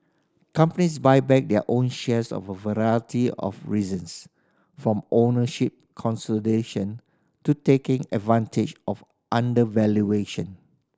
companies buy back their own shares for a variety of reasons from ownership consolidation to taking advantage of undervaluation